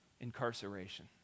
incarceration